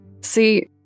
See